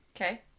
Okay